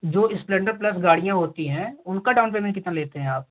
जो Splendor Plus गाड़ियाँ होती हैं उनका डाउन पैमेंट कितना लेते हैं आप